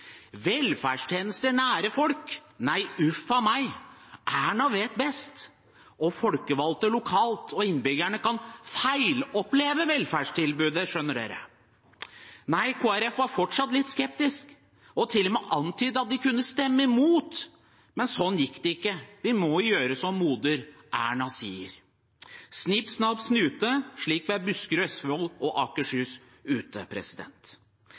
Velferdstjenester nær folk – nei, uffa meg. Erna vet best. Folkevalgte lokalt og innbyggerne kan feiloppleve velferdstilbudet, skjønner dere. Nei, Kristelig Folkeparti var fortsatt litt skeptisk og til og med antydet at de kunne stemme imot, men sånn gikk det ikke. Vi må gjøre som moder Erna sier. Snipp, snapp, snute, slik ble Buskerud, Østfold og Akershus ute.